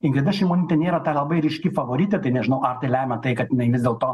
ingrida šimonytė nėra ta labai ryški favoritė tai nežinau ar tai lemia tai kad jinai vis dėlto